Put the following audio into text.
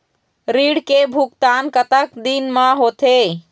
ऋण के भुगतान कतक दिन म होथे?